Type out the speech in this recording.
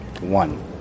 one